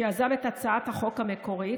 שיזם את הצעת החוק המקורית,